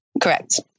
Correct